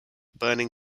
burning